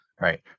right